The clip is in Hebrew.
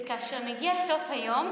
וכאשר מגיע סוף היום,